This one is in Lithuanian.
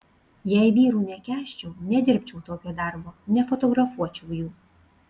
jei vyrų nekęsčiau nedirbčiau tokio darbo nefotografuočiau jų